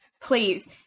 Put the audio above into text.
please